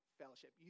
fellowship